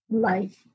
life